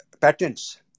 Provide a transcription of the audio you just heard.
patents